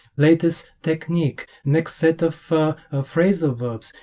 latest technique, next set of phrasal verbs,